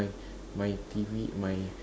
my my T_V my